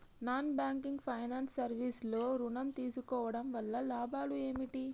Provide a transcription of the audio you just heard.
Non banking finance service లో ఋణం తీసుకోవడం వల్ల లాభాలు ఏమిటి?